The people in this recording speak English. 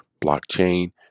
blockchain